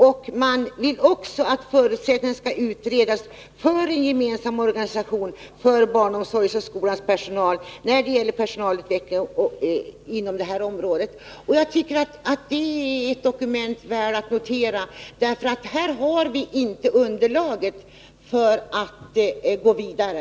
Och man vill också att förutsättningarna skall utredas för en gemensam organisation för barnomsorgens och skolans personal när det gäller personalutveckling på det här området. Jag tycker att det är ett dokument värt att notera. Här har vi inte underlag för att gå vidare.